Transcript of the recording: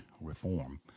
reform